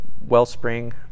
wellspring